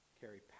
carry